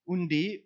Undi